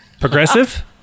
Progressive